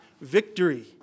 victory